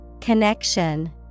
Connection